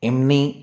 એમની